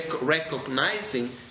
recognizing